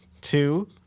Two